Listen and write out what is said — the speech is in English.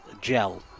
gel